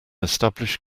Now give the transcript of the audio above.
established